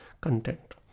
content